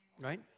Right